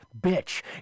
bitch